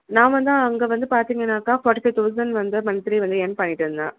நான் வந்து அங்கே வந்து பார்த்தீங்கனாக்கா ஃபார்ட்டி ஃபைவ் தெளசண்ட் வந்து மந்த்லி வந்து எர்ன் பண்ணிகிட்டிருந்தேன்